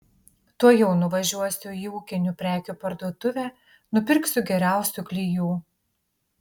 tuojau nuvažiuosiu į ūkinių prekių parduotuvę nupirksiu geriausių klijų